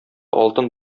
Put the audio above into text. алтын